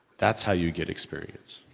that's how you get experience!